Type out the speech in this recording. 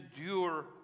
endure